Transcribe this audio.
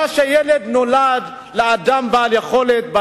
ההבדל בין ילד שנולד לאדם בעל יכולת,